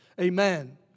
Amen